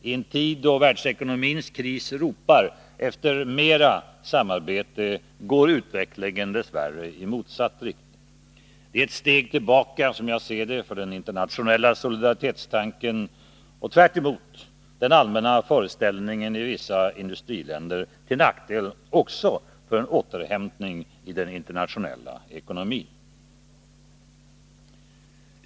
I en tid då världsekonomins kris ropar efter mera samarbete går utvecklingen, dess värre, i motsatt riktning. Det är ett steg tillbaka, som jag ser det, för den internationella solidaritetstanken och, tvärtemot den allmänna föreställningen i vissa industriländer, till nackdel också för en återhämtning i den internationella ekonomin.